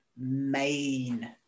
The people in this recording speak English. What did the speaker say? main